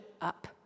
up